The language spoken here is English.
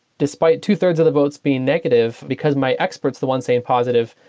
despite two-thirds of the votes being negative, because my experts, the one saying positive,